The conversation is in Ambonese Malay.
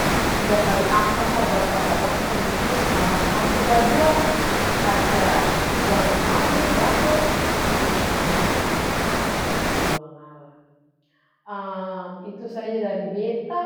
Tiga kali ampa ka barapa kali ampa ka yang penting kamar satu ka dua ada ruang tamu, dapor sudah katong hidop bae-bae taku akang tuangalla. itu saja dari beta.